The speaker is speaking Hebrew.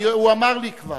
הוא אמר לי כבר.